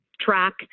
track